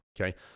okay